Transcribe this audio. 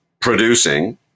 producing